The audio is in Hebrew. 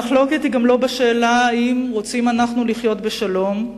המחלוקת היא גם לא בשאלה אם רוצים אנחנו לחיות בשלום,